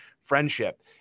friendship